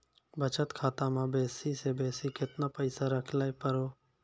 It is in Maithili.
बचत खाता म बेसी से बेसी केतना पैसा रखैल पारों?